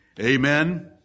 Amen